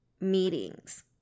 meetings